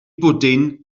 bwdin